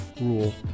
rule